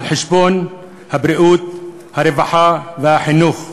על חשבון הבריאות, הרווחה והחינוך.